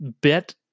bit